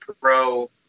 pro